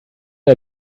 der